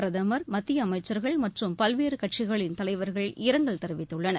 பிரதமர் மத்திய அமைச்சர்கள் மற்றும் பல்வேறு கட்சிகளின் தலைவர்கள் இரங்கல் தெரிவித்துள்ளனர்